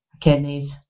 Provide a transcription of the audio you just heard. kidneys